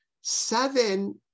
Seven